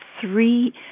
three